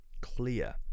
clear